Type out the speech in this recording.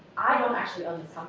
i don't actually